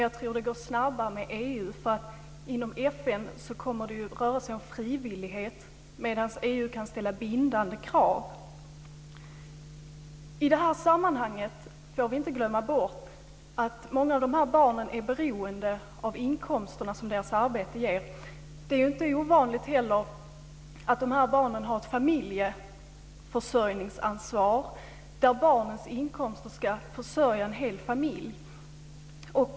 Jag tror att det går snabbare med EU. Inom FN kommer det ju att röra sig om frivillighet medan EU kan ställa bindande krav. I det här sammanhanget får vi inte glömma bort att många av barnen är beroende av de inkomster som deras arbete ger. Det är inte heller ovanligt att barnen har ett familjeförsörjningsansvar där barnens inkomster ska försörja en hel familj.